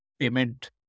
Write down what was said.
payment